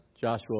Joshua